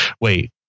wait